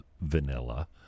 vanilla